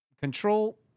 Control